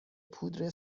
پودر